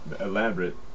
elaborate